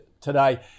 today